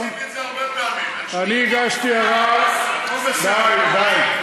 עשיתי את זה הרבה פעמים, אני הגשתי ערר, די, די.